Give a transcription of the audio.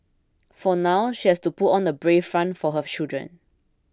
for now she has to put on a brave front for her children